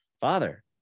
father